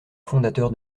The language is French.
fondateur